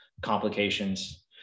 complications